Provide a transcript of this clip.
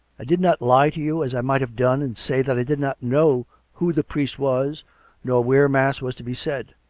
i did not lie to you, as i might have done, and say that i did not know who the priest was nor where mass was to be said.